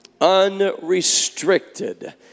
Unrestricted